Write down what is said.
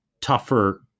tougher